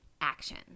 action